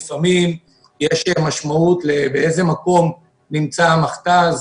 לפעמים יש משמעות לשאלה באיזה מקום נמצאת המכת"ז,